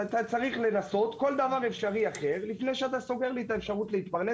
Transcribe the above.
לפני שאתה סוגר לי את האפשרות להתפרנס